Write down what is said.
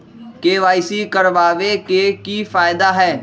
KYC करवाबे के कि फायदा है?